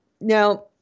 Now